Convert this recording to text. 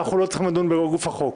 אנחנו לא צריכים לדון בגוף החוק.